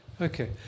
Okay